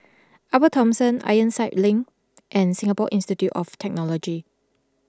Upper Thomson Ironside Link and Singapore Institute of Technology